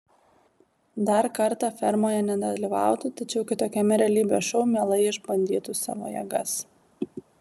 dar kartą fermoje nedalyvautų tačiau kitokiame realybės šou mielai išbandytų savo jėgas